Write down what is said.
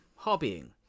hobbying